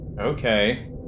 Okay